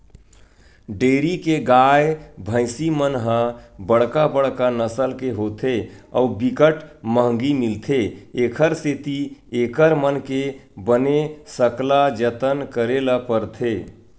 dairy के गाय, भइसी मन ह बड़का बड़का नसल के होथे अउ बिकट महंगी मिलथे, एखर सेती एकर मन के बने सकला जतन करे ल परथे